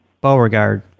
Beauregard